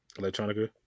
Electronica